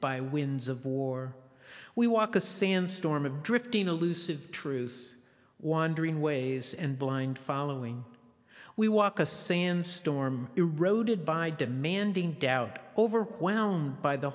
by winds of war we walk a sandstorm of drifting allusive truth wandering ways and blind following we walk a sandstorm eroded by demanding doubt overwhelmed